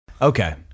Okay